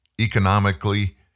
economically